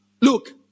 Look